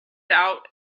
out